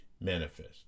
manifest